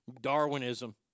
Darwinism